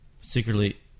Secretly